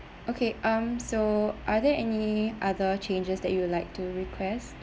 okay um so are there any other changes that you would like to request